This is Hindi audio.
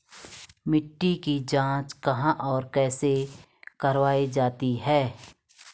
मिट्टी की जाँच कहाँ और कैसे करवायी जाती है?